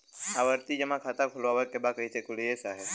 आवर्ती जमा खाता खोलवावे के बा कईसे खुली ए साहब?